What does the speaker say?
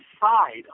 side